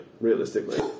realistically